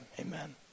amen